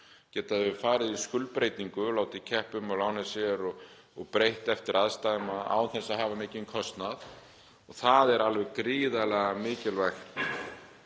geta farið í skuldbreytingu, látið keppa um að lána sér og breytt láni eftir aðstæðum án þess að hafa mikinn kostnað. Þetta var alveg gríðarlega mikilvæg